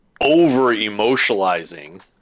over-emotionalizing